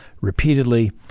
repeatedly